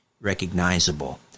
recognizable